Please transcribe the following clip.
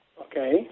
Okay